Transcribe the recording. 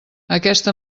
aquesta